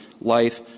life